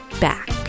back